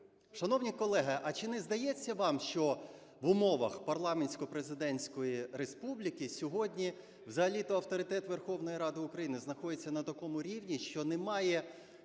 Шановні колеги, а чи не здається вам, що в умовах парламентсько-президентської республіки сьогодні взагалі-то авторитет Верховної Ради України знаходиться на такому рівні, що немає